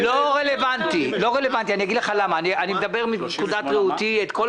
אם עוברת שנה והם לא מביאים אישור ניהול תקין הוא יעלה את העניין